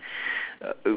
uh